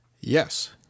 Yes